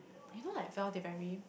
you know like Val they very